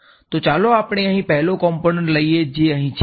તો ચાલો આપણે અહીં પહેલો કમ્પોનન્ટ લઈએ જે અહીં છે